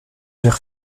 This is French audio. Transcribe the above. vers